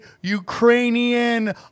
Ukrainian